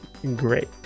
great